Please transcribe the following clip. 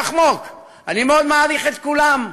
אני מאוד מעריך את כולם.